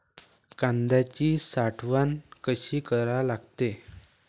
कांद्याची साठवन कसी करा लागते?